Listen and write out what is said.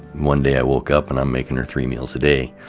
one day, i woke up and i'm making her three meals a day.